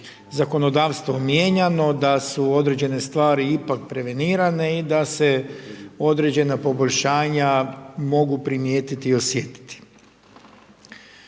zakonodavstvo mijenjano da su određene stvari ipak prevenirane i da se određena poboljšanja mogu primijetiti i osjetiti.